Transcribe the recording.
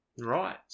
Right